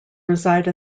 reside